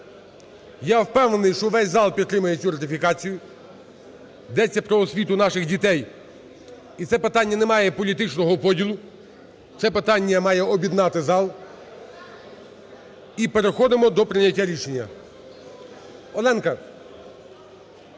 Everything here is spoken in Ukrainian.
Я впевнений, що весь зал підтримає цю ратифікацію, йдеться про освіту наших дітей і це питання не має політичного поділу, це питання має об'єднати зал. І переходимо до прийняття рішення. Оленка…